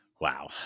Wow